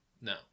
no